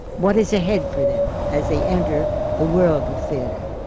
what is ahead for them as they enter the world of theatre.